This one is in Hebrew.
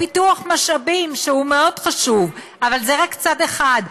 פיתוח משאבים הוא מאוד חשוב, אבל זה רק צד אחד.